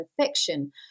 affection